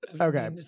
Okay